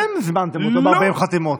אתם הזמנתם אותו ב-40 חתימות.